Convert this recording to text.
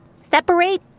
separate